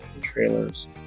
trailers